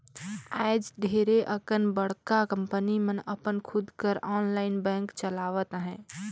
आएज ढेरे अकन बड़का कंपनी मन अपन खुद कर आनलाईन बेंक चलावत अहें